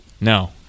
No